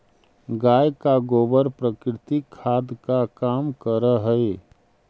गाय का गोबर प्राकृतिक खाद का काम करअ हई